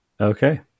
Okay